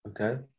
Okay